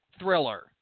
thriller